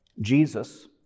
Jesus